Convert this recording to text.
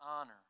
honor